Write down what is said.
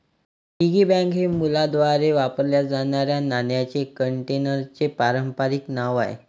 piggy bank हे मुलांद्वारे वापरल्या जाणाऱ्या नाण्यांच्या कंटेनरचे पारंपारिक नाव आहे